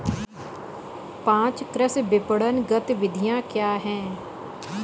पाँच कृषि विपणन गतिविधियाँ क्या हैं?